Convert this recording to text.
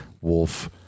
wolf